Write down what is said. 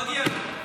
מגיע לו.